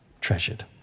treasured